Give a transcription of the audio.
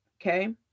Okay